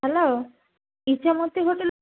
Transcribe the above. hello Ichamati hotel